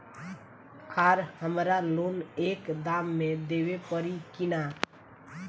आर हमारा लोन एक दा मे देवे परी किना?